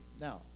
Now